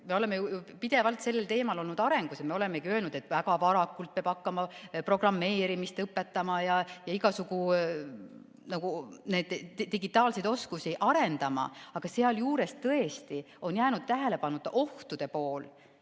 me oleme pidevalt sellel teemal olnud arengus ja me olemegi öelnud, et väga varakult peab hakkama programmeerimist õpetama ja igasugu digitaalseid oskusi arendama, aga sealjuures tõesti on jäänud tähelepanuta ohtude pool.